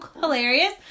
hilarious